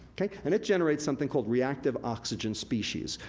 and it generates something called reactive oxygen species.